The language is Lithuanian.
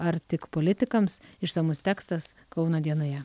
ar tik politikams išsamus tekstas kauno dienoje